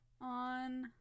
on